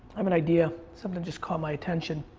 um an idea. something just caught my attention.